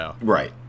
Right